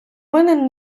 винен